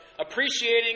appreciating